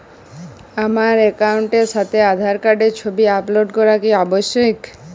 আমার অ্যাকাউন্টের সাথে আধার কার্ডের ছবি আপলোড করা কি আবশ্যিক?